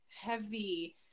heavy